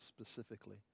specifically